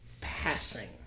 passing